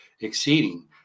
exceeding